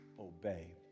obey